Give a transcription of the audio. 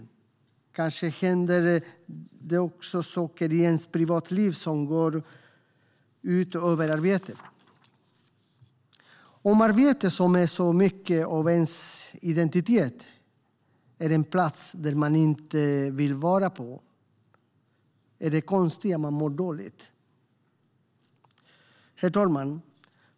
Det kanske händer saker i ens privatliv som går ut över arbetet. Om arbetet som är så mycket av ens identitet är en plats man inte vill vara på, är det då konstigt att man mår dåligt? Herr talman!